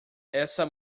essa